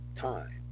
time